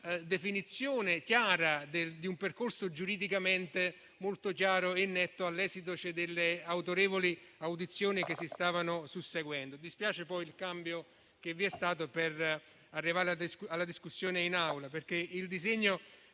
definizione limpida di un percorso giuridicamente molto chiaro e netto all'esito delle autorevoli audizioni che si stavano susseguendo. Dispiace poi per il cambio che vi è stato per arrivare alla discussione in Aula perché il disegno